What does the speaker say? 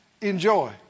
Enjoy